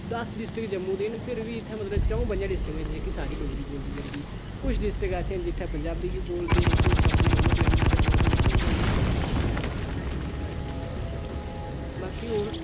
दस डिस्ट्रिक्ट जम्मू दे न फिर बी इत्थै मतलब च'ऊं पंजें डिस्ट्रीक्टें च जेह्की सारी डोगरी बोली जन्दी कुछ डिस्ट्रिक्ट ऐसे न जित्थै पंजाबी बी बोलदे कुछ अपने होर लैंग्वेज बोलदे लेकिन डोगरी गी बड़ा घट्ट म्हत्वपूर्ण म्हत्वपूर्ण दिंदे ठीक ऐ बाकी हून